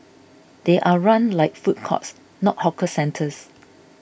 they are run like food courts not hawker centres